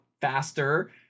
faster